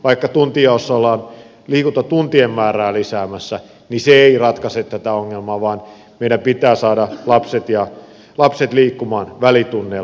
vaikka tuntijaossa ollaan liikuntatuntien määrää lisäämässä niin se ei ratkaise tätä ongelmaa vaan meidän pitää saada lapset liikkumaan välitunneilla